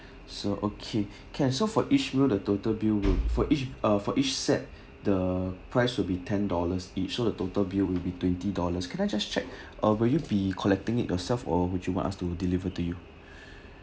so okay cancel for each meal the total bill will for each uh for each set the price would be ten dollars each so the total bill will be twenty dollars can I just check uh will you be collecting it yourself or would you want us to deliver to you